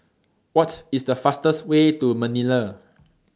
What IS The fastest Way to Manila